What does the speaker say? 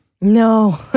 No